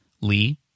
Lee